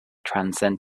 transcend